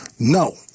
No